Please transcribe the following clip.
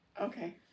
Okay